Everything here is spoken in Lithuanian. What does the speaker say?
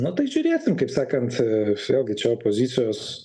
na tai žiūrėsim kaip sakant tiesiogiai čia opozicijos